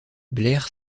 blair